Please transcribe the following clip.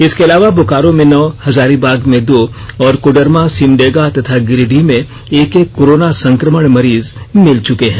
इसके अलावा बोकारो में नौ हजारीबाग में दो और कोडरमा सिमडेगा और तथा गिरिडीह में एक एक कोरोना संक्रमपा मरीज मिल चुके हैं